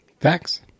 Facts